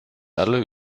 alle